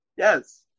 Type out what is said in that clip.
Yes